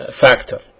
factor